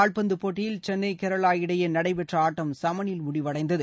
கால்பந்து போட்டியில் சென்னை கேரளா இடையே நடைபெற்ற ஆட்டம் சமனில் முடிவடைந்தது